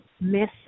miss